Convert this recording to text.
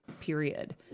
period